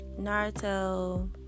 Naruto